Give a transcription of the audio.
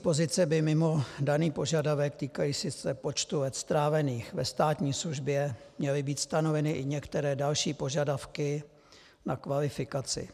Pro vedoucí pozice by mimo daný požadavek týkající se počtu let strávených ve státní službě měly být stanoveny i některé další požadavky na kvalifikaci.